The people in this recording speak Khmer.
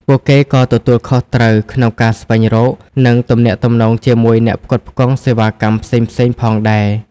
ពួកគេក៏ទទួលខុសត្រូវក្នុងការស្វែងរក និងទំនាក់ទំនងជាមួយអ្នកផ្គត់ផ្គង់សេវាកម្មផ្សេងៗផងដែរ។